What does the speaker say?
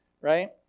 right